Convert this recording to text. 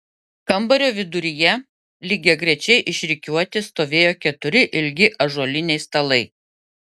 kambario viduryje lygiagrečiai išrikiuoti stovėjo keturi ilgi ąžuoliniai stalai